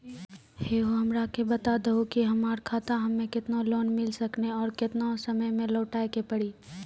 है हो हमरा के बता दहु की हमार खाता हम्मे केतना लोन मिल सकने और केतना समय मैं लौटाए के पड़ी?